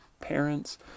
parents